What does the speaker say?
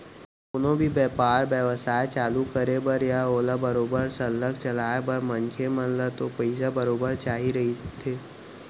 कोनो भी बेपार बेवसाय चालू करे बर या ओला बरोबर सरलग चलाय बर मनखे मन ल तो पइसा बरोबर चाही रहिथे